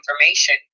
information